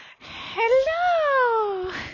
Hello